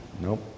nope